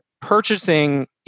purchasing